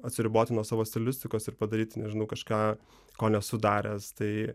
atsiriboti nuo savo stilistikos ir padaryti nežinau kažką ko nesu daręs tai